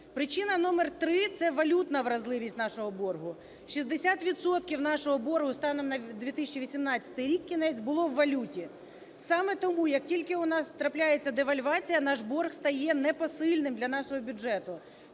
Причина номер три – це валютна вразливість нашого боргу. 60 відсотків нашого боргу станом на 2018 рік, кінець, було у валюті. Саме тому, як тільки у нас трапляється девальвація, наш борг стає непосильним для нашого бюджету.